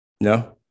No